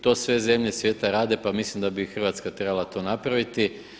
To sve zemlje svijeta rade, pa mislim da bi i Hrvatska to trebala napraviti.